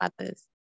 others